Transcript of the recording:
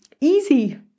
easy